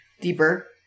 deeper